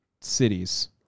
cities